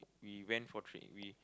we went for trai~ we